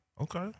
Okay